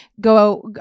go